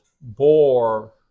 bore